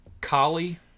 collie